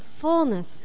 fullness